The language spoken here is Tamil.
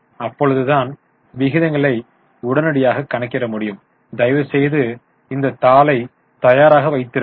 அப்பொழுது தான் விகிதங்களை உடனடியாக கணக்கிட முடியும் என்பதால் தயவுசெய்து இந்த தரவு தாளை தயாராக வைத்திருங்கள்